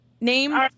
Name